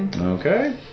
Okay